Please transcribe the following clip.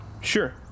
sure